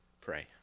pray